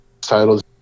titles